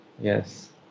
Yes